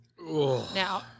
Now